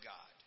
God